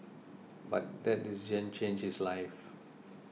but that decision changed his life